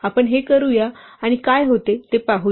आपण हे करूया आणि काय होते ते पाहूया